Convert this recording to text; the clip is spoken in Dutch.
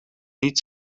niet